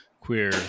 queer